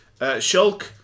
Shulk